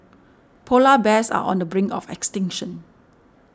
Polar Bears are on the brink of extinction